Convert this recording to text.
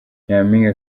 nyampinga